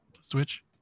Switch